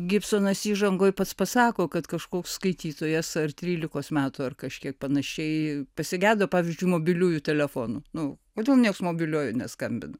gibsonas įžangoj pats pasako kad kažkoks skaitytojas ar trylikos metų ar kažkiek panašiai pasigedo pavyzdžiui mobiliųjų telefonų nu kodėl nieks mobiliuoju neskambino